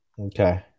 Okay